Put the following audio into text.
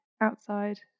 outside